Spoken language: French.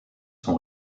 son